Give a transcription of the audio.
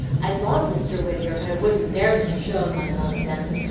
i love mr. whittier, but i wouldn't dar'st to show him my nonsense,